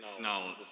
no